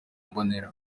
mbonera